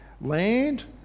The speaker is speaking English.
land